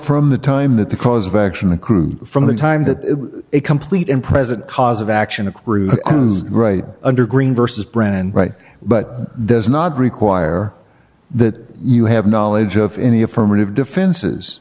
from the time that the cause of action accrued from the time that a complete and present cause of action accrued under green versus brennan right but does not require that you have knowledge of any affirmative defenses